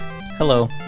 hello